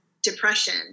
Depression